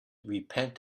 repent